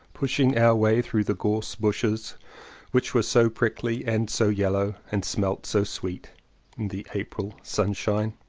pushing our way through the gorse bushes which were so prickly, and so yellow, and smelt so sweet in the april sunshine.